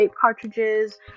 cartridges